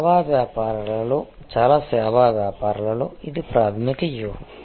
సేవా వ్యాపారాలలో చాలా సేవా వ్యాపారాలలో ఇది ప్రాథమిక వ్యూహం